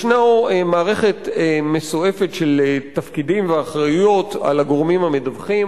ישנה מערכת מסועפת של תפקידים ואחריויות על הגורמים המדווחים,